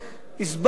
הסברתי.